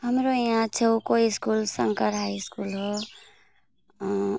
हाम्रो यहाँ छेउको स्कुल शङ्कर हाई स्कुल हो